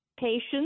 patients